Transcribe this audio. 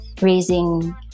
Raising